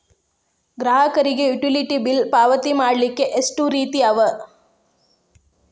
ಗ್ರಾಹಕರಿಗೆ utility bill ಪಾವತಿ ಮಾಡ್ಲಿಕ್ಕೆ ಎಷ್ಟ ರೇತಿ ಅವ?